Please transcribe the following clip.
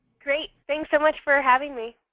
great. thanks so much for having me.